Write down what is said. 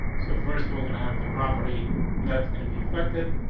so first we're gonna have the property that's gonna be affected.